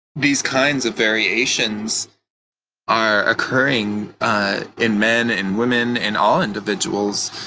these kinds of variations are occurring in men and women, in all individuals,